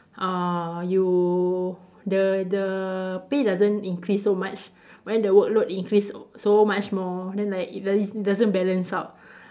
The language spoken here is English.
uh you the the pay doesn't increase so much but then the workload increase so much more then like it does doesn't balance out